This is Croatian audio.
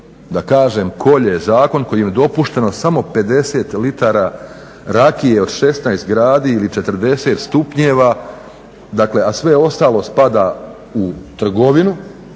da kažem kolje zakon kojim je dopušteno samo 50 litara rakije od 16 gradi ili 40 stupnjeva, dakle a sve ostalo spada u trgovinu,